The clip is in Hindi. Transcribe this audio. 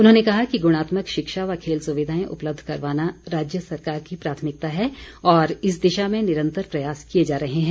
उन्होंने कहा कि गुणात्मक शिक्षा व खेल सुविघाएं उपलब्ध करवाना राज्य सरकार की प्राथमिकता है और इस दिशा में निरंतर प्रयास किए जा रहे हैं